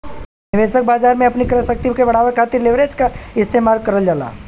निवेशक बाजार में अपनी क्रय शक्ति के बढ़ावे खातिर लीवरेज क इस्तेमाल करल जाला